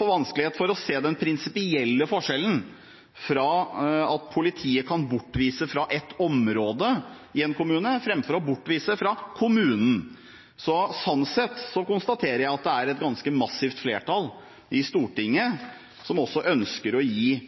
for å se den prinsipielle forskjellen i at politiet kan bortvise fra et område i en kommune framfor å bortvise fra kommunen. Sånn sett konstaterer jeg at det er et ganske massivt flertall i Stortinget som ønsker å gi